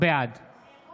בעד